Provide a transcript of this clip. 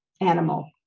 animal